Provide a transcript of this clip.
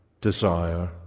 desire